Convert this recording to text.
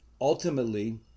ultimately